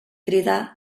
crida